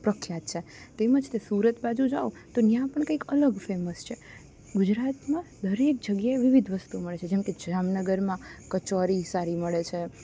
પ્રખ્યાત છે તેમજ તે સુરત બાજુ જાઓ તો ત્યાં પણ કંઈ અલગ ફેમસ છે ગુજરાતમાં દરેક જગ્યાએ વિવિધ વસ્તુ મળે છે જેમ કે જામનગરમાં કચોરી સારી મળે છે